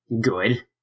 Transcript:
good